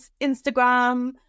Instagram